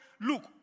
look